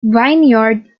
vineyard